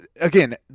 again